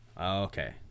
Okay